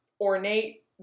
ornate